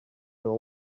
know